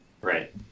Right